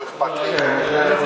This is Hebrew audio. לא אכפת לי איפה.